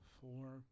four